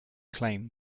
claimed